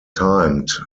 timed